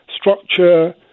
structure